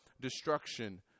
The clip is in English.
destruction